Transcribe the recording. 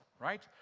right